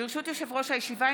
ברשות יושב-ראש הישיבה,